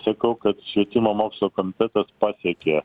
sakau kad švietimo mokslo komitetas pasiekė